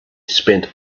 spent